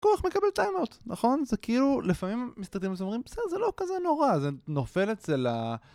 כוח מקבל טיימ אווט, נכון? זה כאילו לפעמים מסתכלים וזה אומרים בסדר, זה לא כזה נורא, זה נופל אצל ה...